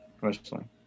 wrestling